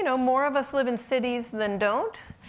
you know, more of us live in cities than don't,